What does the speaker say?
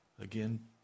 Again